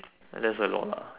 that's a lot lah